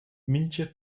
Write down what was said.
mintga